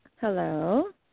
Hello